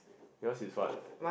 yours is what